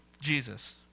Jesus